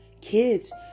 kids